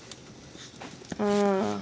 ah